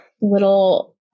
little